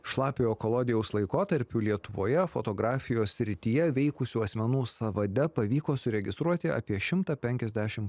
šlapio kolodijaus laikotarpiu lietuvoje fotografijos srityje veikusių asmenų sąvade pavyko suregistruoti apie šimtą penkiasdešim